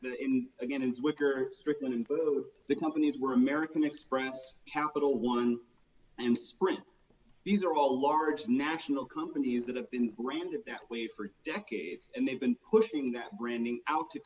in again it's wicker stricklin in both the companies were american express capital one and sprint these are all large national companies that have been branded that way for decades and they've been putting that branding out to